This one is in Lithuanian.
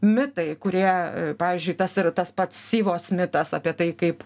mitai kurie pavyzdžiui tas ir tas pats syvos mitas apie tai kaip